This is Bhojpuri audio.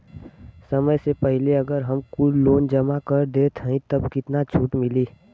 समय से पहिले अगर हम कुल लोन जमा कर देत हई तब कितना छूट मिली?